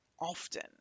often